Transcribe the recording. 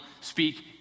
speak